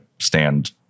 stand